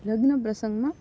લગ્ન પ્રસંગમાં